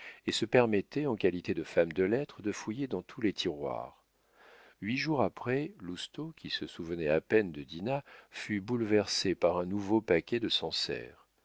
et se permettait en qualité de femmes de lettres de fouiller dans tous les tiroirs huit jours après lousteau qui se souvenait à peine de dinah fut bouleversé par un nouveau paquet de sancerre